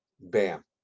bam